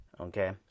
okay